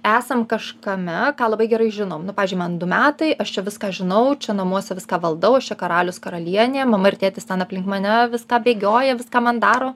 esam kažkame ką labai gerai žinom nu pavyzdžiui man du metai aš čia viską žinau čia namuose viską valdau aš čia karalius karalienė mama ir tėtis ten aplink mane viską bėgioja viską man daro